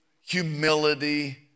humility